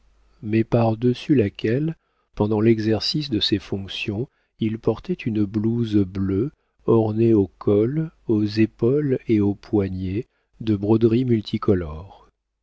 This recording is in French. mais par-dessus laquelle pendant l'exercice de ses fonctions il portait une blouse bleue ornée au col aux épaules et aux poignets de broderies multicolores